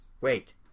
wait